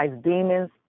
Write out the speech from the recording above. demons